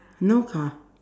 no car